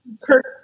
Kirk